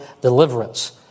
deliverance